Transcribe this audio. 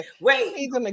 Wait